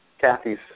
Kathy's